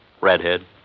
Redhead